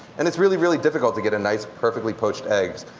and it's really, really difficult to get a nice perfectly poached eggs.